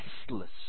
restless